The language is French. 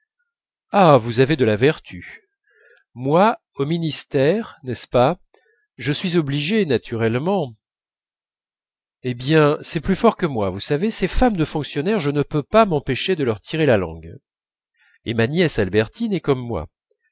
ah vous avez de la vertu moi au ministère n'est-ce pas je suis obligée naturellement eh bien c'est plus fort que moi vous savez ces femmes de fonctionnaires je ne peux pas m'empêcher de leur tirer la langue et ma nièce albertine est comme moi